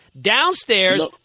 downstairs